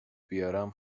بیارم